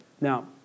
Now